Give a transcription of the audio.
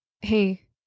hey